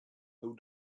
who